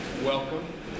welcome